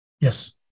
Yes